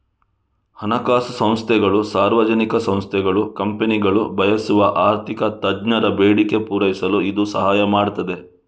ಹಣಕಾಸು ಸಂಸ್ಥೆಗಳು, ಸಾರ್ವಜನಿಕ ಸಂಸ್ಥೆಗಳು, ಕಂಪನಿಗಳು ಬಯಸುವ ಆರ್ಥಿಕ ತಜ್ಞರ ಬೇಡಿಕೆ ಪೂರೈಸಲು ಇದು ಸಹಾಯ ಮಾಡ್ತದೆ